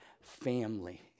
Family